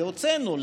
והוצאנו,